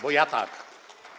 Bo ja tak.